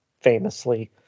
famously